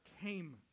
came